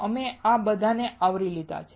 અમે આ બધાને આવરી લીધા છે